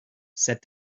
said